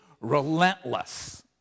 relentless